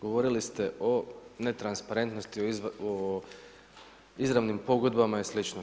Govorili ste o netransparentnosti u izravnim pogodbama i slično.